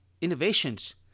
innovations